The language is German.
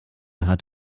hat